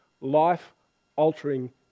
life-altering